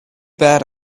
bad